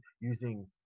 using